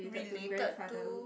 related to